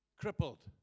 crippled